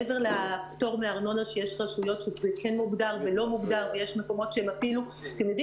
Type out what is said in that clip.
מעבר לפטור מארנונה שיש רשויות שזה כן מוגדר ולא מוגדר אתם יודעים,